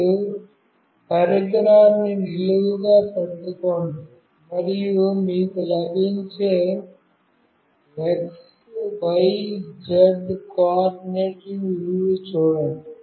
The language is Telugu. మీరు పరికరాన్ని నిలువుగా పట్టుకోండి మరియు మీకు లభించే x y z కోఆర్డినేట్ విలువలు చూడండి